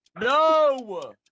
No